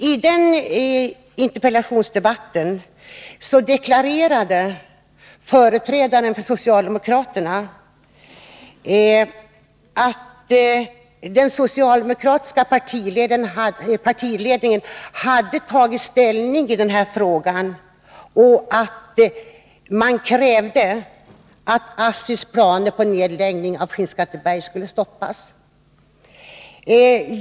I interpellationsdebatten deklarerade företrädaren för socialdemokraterna att den socialdemokratiska partiledningen hade tagit ställning i denna fråga och att man krävde att ASSI:s planer på nedläggning i Skinnskatteberg skulle stoppas.